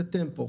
וטמפו,